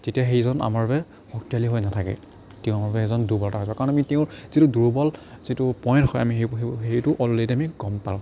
তেতিয়া সেইজন আমাৰ বাবে শক্তিশালী হৈ নেথাকে তেওঁ আমাৰ বাবে এজন দুৰ্বলতা কাৰণ আমি তেওঁৰ যিটো দুৰ্বল যিটো পইণ্ট হয় আমি সেইটো অলৰেডি আমি গম পাওঁ